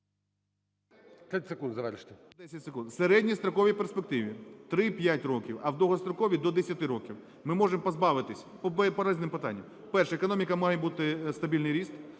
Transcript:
В середньостроковій перспективі – 3-5 років, а в довгостроковій – до 10 років ми можемо позбавитись по різним питанням. Перше: економіка, має бути стабільний ріст.